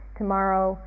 tomorrow